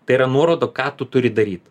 tai yra nuoroda ką tu turi daryt